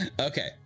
Okay